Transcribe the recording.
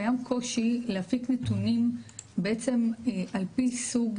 קיים קושי להפיק נתונים בעצם ע"פ סוג